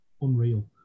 unreal